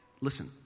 Listen